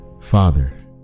Father